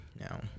now